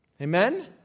Amen